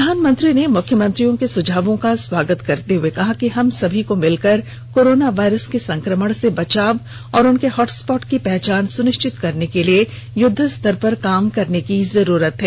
प्रधानमंत्री ने मुख्यमंत्रियों के सुझावों का स्वागत करते हुए कहा कि हमसब को मिलकर कोरोना वायरस के संकमण से बचाव और उनके हॉटस्पॉट की पहचान सुनिषचित करने के लिए युद्धस्तर पर काम करने की जरूरत है